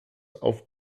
auf